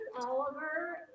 Oliver